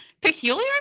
Peculiar